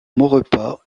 maurepas